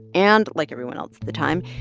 and like everyone else at the time,